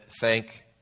thank